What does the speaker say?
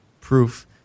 proof